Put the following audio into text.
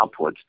outputs